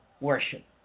worship